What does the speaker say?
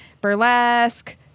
burlesque